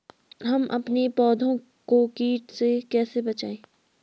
हम अपने पौधों को कीटों से कैसे बचाएं?